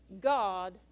God